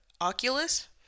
Oculus